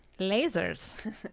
lasers